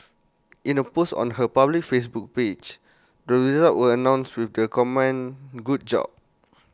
in A post on her public Facebook page the results were announced with the comment good job